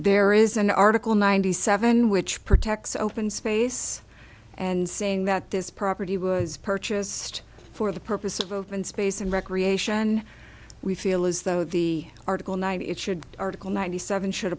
there is an article ninety seven which protects open space and saying that this property was purchased for the purpose of open space and recreation we feel as though the article night it should article ninety seven should